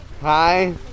Hi